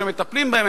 שהם מטפלים בהן,